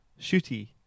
Shooty